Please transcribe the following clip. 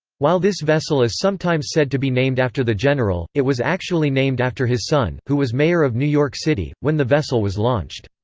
while this vessel is sometimes said to be named after the general, it was actually named after his son, who was mayor of new york city, when the vessel was launched.